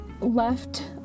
left